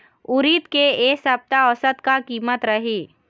उरीद के ए सप्ता औसत का कीमत रिही?